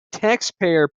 taxpayer